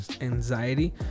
anxiety